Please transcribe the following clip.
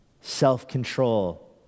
self-control